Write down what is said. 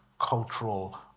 cultural